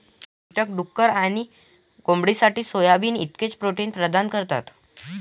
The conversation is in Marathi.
कीटक डुक्कर आणि कोंबडीसाठी सोयाबीन इतकेच प्रोटीन प्रदान करतात